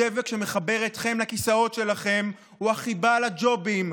הדבק שמחבר אתכם לכיסאות שלכם הוא החיבה לג'ובים,